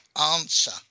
answer